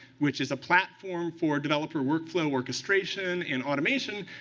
which is a platform for developer workflow orchestration and automation,